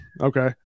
Okay